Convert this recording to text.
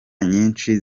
nyinshi